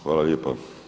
Hvala lijepa.